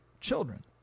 children